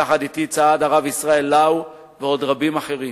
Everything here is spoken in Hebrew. יחד אתי צעד הרב ישראל לאו, ועוד רבים אחרים.